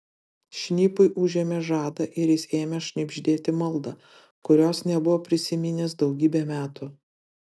šnipui užėmė žadą ir jis ėmė šnibždėti maldą kurios nebuvo prisiminęs daugybę metų